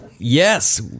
Yes